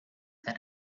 that